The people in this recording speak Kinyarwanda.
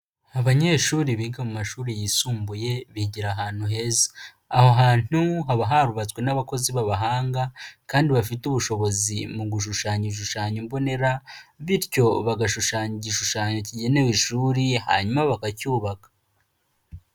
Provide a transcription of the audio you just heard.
Abanyeshuri biga mu mashuri yisumbuye bigira ahantu heza aho hantu haba harubatswe n'abakozi b'abahanga kandi bafite ubushobozi mu gushushanya ibishushanyo mbonera bityo bagashushanya igishushanyo kigenewe ishuri hanyuma bakacyubaka.